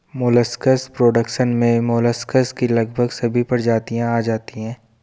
molluscs production में molluscs की लगभग सभी प्रजातियां आ जाती हैं